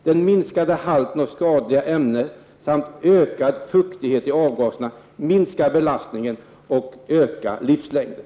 Den minskade halten skadliga ämnen samt ökad fuktighet i avgaserna minskar belastningen och ökar livslängden.